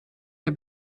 der